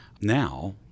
Now